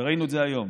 וראינו את זה היום.